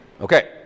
Okay